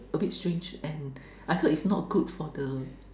a bit strange and I heard it's not good for the